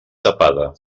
tapada